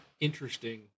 interesting